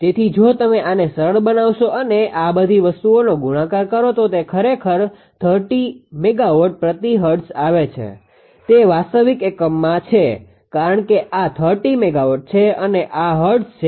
તેથી જો તમે આને સરળ બનાવશો અને આ બધી વસ્તુઓનો ગુણાકાર કરો તો તે ખરેખર 30 MW પ્રતિ હર્ટ્ઝ આવે છે તે વાસ્તવિક એકમમાં છે કારણ કે આ 30 મેગાવોટ છે અને આ હર્ટ્ઝ છે